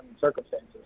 circumstances